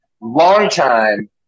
longtime